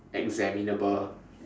examinable